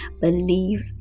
Believe